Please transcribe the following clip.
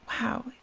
wow